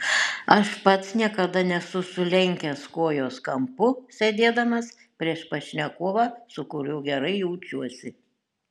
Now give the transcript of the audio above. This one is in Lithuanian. aš pats niekada nesu sulenkęs kojos kampu sėdėdamas prieš pašnekovą su kuriuo gerai jaučiuosi